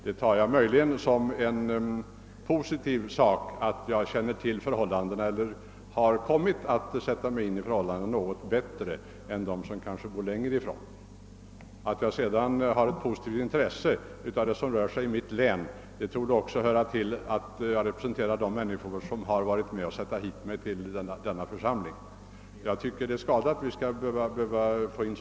Det kan möjligen ha den positiva effekten att jag kanske satt mig in i förhållandena bättre än de som bor längre bort från denna plats. Att jag har ett positivt intresse för vad som rör sig i mitt län är väl inte heller så märkligt, eftersom de väljare som placerat mig i denna församling bor i detta län.